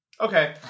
Okay